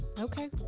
Okay